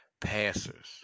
Passers